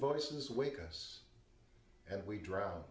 voices wake us and we drown